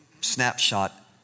snapshot